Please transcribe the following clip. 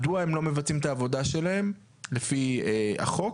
מדוע הם לא מבצעים את העבודה שלהם לפי החוק?